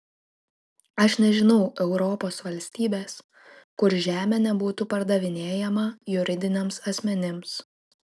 aš nežinau europos valstybės kur žemė nebūtų pardavinėjama juridiniams asmenims